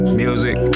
music